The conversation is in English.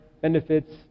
benefits